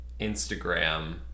Instagram